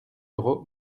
euros